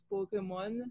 Pokemon